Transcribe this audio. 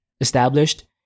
established